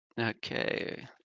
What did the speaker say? okay